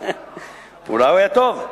אולי הוא היה טוב.